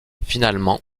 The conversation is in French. finalement